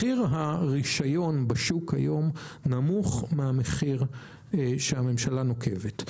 מחיר הרישיון בשוק היום נמוך מהמחיר שהממשלה נוקבת,